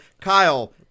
Kyle